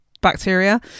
bacteria